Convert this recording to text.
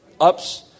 Ups